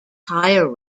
higher